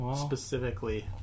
specifically